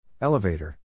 Elevator